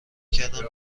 کردم